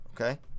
Okay